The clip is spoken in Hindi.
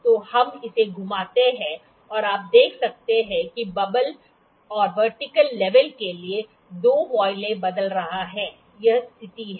जब हम इसे घुमाते हैं तो आप देख सकते हैं कि बबल और वर्टिकल लेवल के लिए 2 वॉयल बदल रहा है यह स्थिति है